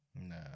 No